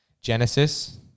Genesis